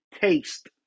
taste